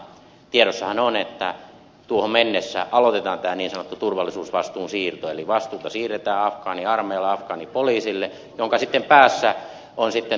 tiedossahan on että tuohon mennessä aloitetaan tämä niin sanottu turvallisuusvastuun siirto eli vastuuta siirretään afgaaniarmeijalle ja afgaanipoliisille ja sen päässä sitten on vastuun siirto